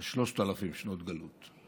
זה שלושת אלפים שנות גלות.